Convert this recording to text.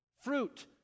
fruit